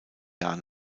jahr